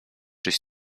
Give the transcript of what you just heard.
czyś